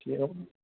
ٹھیٖک